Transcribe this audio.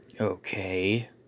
Okay